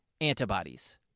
antibodies